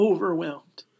Overwhelmed